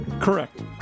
Correct